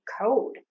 code